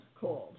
cold